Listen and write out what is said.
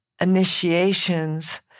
initiations